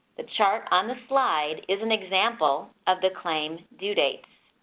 the chart on the slide is an example of the claim due dates